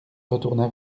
retourna